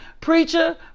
preacher